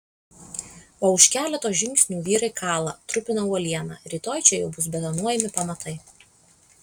o už keleto žingsnių vyrai kala trupina uolieną rytoj čia jau bus betonuojami pamatai